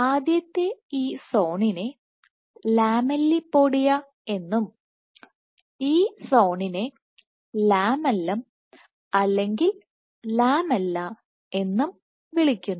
ആദ്യത്തെ ഈ സോണിനെ ലാമെല്ലിപോഡിയ എന്നും ഈ സോണിനെ ലാമെല്ലം അല്ലെങ്കിൽ ലാമെല്ല എന്നും വിളിക്കുന്നു